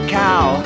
cow